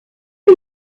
you